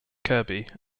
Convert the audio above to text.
kirby